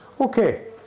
Okay